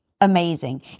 amazing